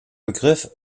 begriff